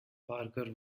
parker